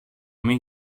μην